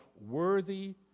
worthy